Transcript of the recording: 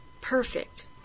perfect